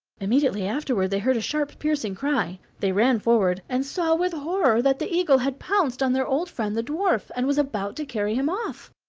immediately afterward they heard a sharp, piercing cry. they ran forward, and saw with horror that the eagle had pounced on their old friend the dwarf, and was about to carry him off.